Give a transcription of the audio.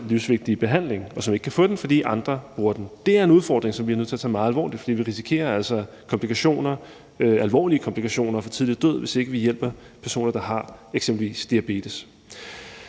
livsvigtige behandling, og som ikke kan få den, fordi andre bruger den. Det er en udfordring, som vi er nødt til at tage meget alvorligt, for vi risikerer altså komplikationer, alvorlige komplikationer, og for tidlig død, hvis ikke vi hjælper personer, der har eksempelvis diabetes.